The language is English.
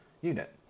unit